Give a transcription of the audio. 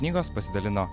knygos pasidalino